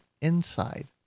inside